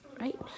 right